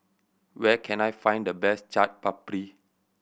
where can I find the best Chaat Papri